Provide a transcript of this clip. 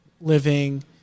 living